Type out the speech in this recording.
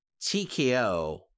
TKO